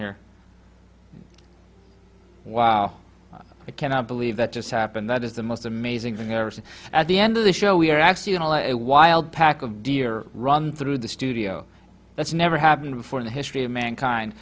here wow i cannot believe that just happened that is the most amazing thing i ever saw at the end of the show we are actually a wild pack of deer run through the studio that's never happened before in the history of mankind